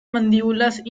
mandíbulas